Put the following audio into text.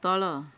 ତଳ